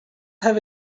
have